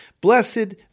Blessed